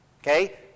Okay